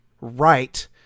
right